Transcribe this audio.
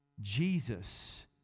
Jesus